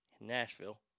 Nashville